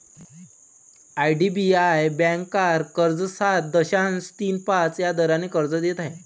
IDBI bank car कर्ज सात दशांश तीन पाच या दराने कर्ज देत आहे